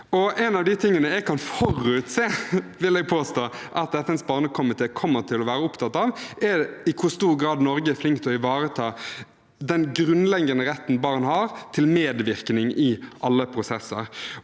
Noe av det jeg kan forutse, vil jeg påstå, at FNs barnekomité kommer til å være opptatt av, er i hvor stor grad Norge er flink til å ivareta den grunnleggende retten barn har til medvirkning i alle prosesser.